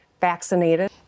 vaccinated